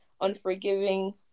unforgiving